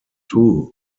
too